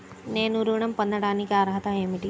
నేను ఋణం పొందటానికి అర్హత ఏమిటి?